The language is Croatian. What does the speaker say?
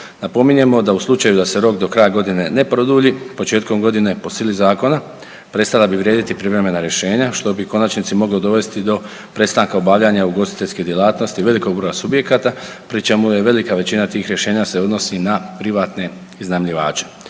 Napominjemo, da u slučaju da se rok do kraja godine ne produlji, početkom godine po sili zakona prestala bi vrijediti privremena rješenja što bi u konačnici moglo dovesti do prestanka obavljanja ugostiteljske djelatnosti velikog broja subjekata pri čemu je velika većina tih rješenja se odnosi na privatne iznajmljivače.